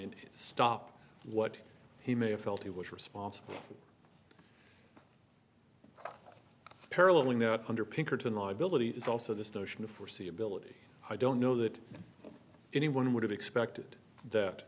and stop what he may have felt he was responsible for paralleling a hundred pinkerton liability is also this notion of foreseeability i don't know that anyone would have expected that